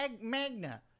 Magna